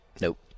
Nope